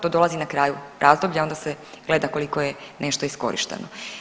To dolazi na kraju razdoblja, onda je se gleda koliko je nešto iskorišteno.